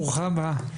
ברוכה הבאה.